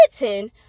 written